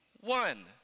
one